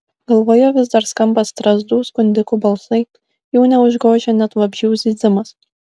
galvoje vis dar skamba strazdų skundikų balsai jų neužgožia net vabzdžių zyzimas